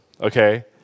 okay